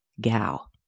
gal